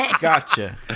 gotcha